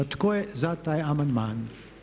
Tko je za taj amandman?